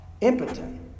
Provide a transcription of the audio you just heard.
impotent